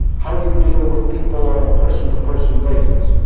how you deal with people on a person-to-person basis.